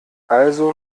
also